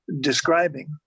Describing